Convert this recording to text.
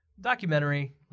documentary